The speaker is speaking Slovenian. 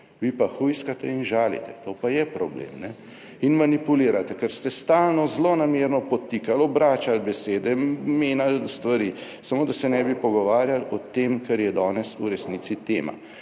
vi pa hujskate in žalite, to pa je problem. In manipulirate, ker ste stalno zlonamerno podtikali, obračali besede, menjali stvari, samo da se ne bi pogovarjali o tem, kar je danes v resnici tema.